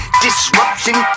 Disruption